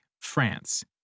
France